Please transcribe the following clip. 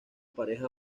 pareja